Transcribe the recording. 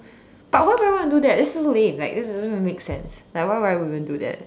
but why would I want to do that that's so lame like that doesn't even make sense like why I even do that